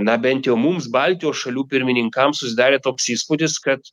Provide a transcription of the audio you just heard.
na bent jau mums baltijos šalių pirmininkams susidarė toks įspūdis kad